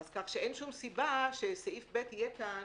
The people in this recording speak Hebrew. כך שאין שום סיבה שסעיף קטן (ב),